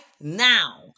now